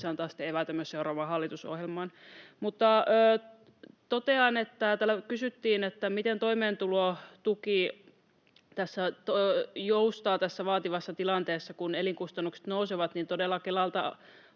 sitten eväitä myös seuraavaan hallitusohjelmaan. Täällä kun kysyttiin, miten toimeentulotuki joustaa tässä vaativassa tilanteessa, kun elinkustannukset nousevat, niin totean, että